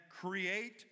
create